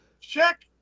check